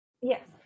Yes